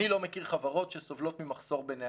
אני לא מכיר חברות שסובלות ממחסור בנהגים